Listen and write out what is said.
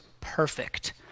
perfect